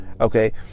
okay